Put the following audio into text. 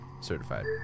Certified